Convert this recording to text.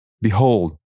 Behold